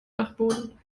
dachboden